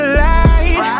light